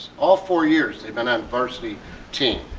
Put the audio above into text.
all four years, they've been a varsity team.